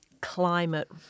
climate